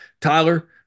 Tyler